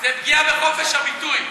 זו פגיעה בחופש הביטוי.